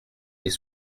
les